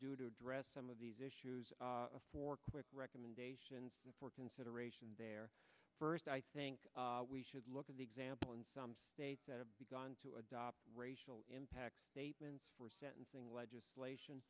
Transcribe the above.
due to address some of these issues for quick recommendations for consideration there first i think we should look at the example in some states that have begun to adopt racial impact statements for sentencing legislation